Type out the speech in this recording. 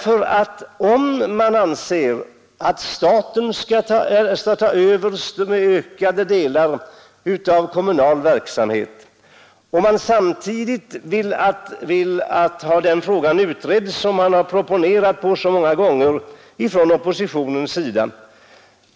Först föreslår man att staten skall ta över delar av den kommunala verksamheten och proponerar gång efter annan att frågan skall utredas.